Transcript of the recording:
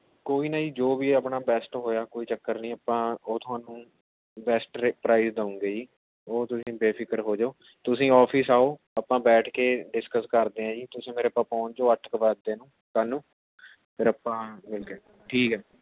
ਕੋਈ ਨਾ ਜੀ ਜੋ ਵੀ ਆਪਣਾ ਬੈਸਟ ਹੋਇਆ ਕੋਈ ਚੱਕਰ ਨਹੀਂ ਆਪਾਂ ਉਹ ਤੁਹਾਨੂੰ ਬੈਸਟ ਪ੍ਰਾਈਜ਼ ਦੇਵਾਂਗੇ ਜੀ ਉਹ ਤੁਸੀਂ ਬੇਫ਼ਿਕਰ ਹੋ ਜਾਉ ਤੁਸੀਂ ਔਫ਼ਿਸ ਆਓ ਆਪਾਂ ਬੈਠ ਕੇ ਡਿਸਕਸ ਕਰਦੇ ਹਾਂ ਜੀ ਤੁਸੀਂ ਮੇਰਾ ਪਹੁੰਚ ਜਾਉ ਅੱਠ ਕੁ ਵੱਜਦੇ ਨੂੰ ਕੱਲ੍ਹ ਨੂੰ ਫੇਰ ਆਪਾਂ ਮਿਲਦੇ ਠੀਕ ਹੈ